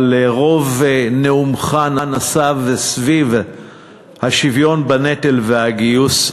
מכיוון שרוב נאומך נסב על השוויון בנטל והגיוס,